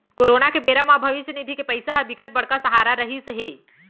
corona के बेरा म भविस्य निधि के पइसा ह बिकट बड़का सहारा रहिस हे